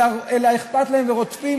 אלא אכפת להם והם רודפים,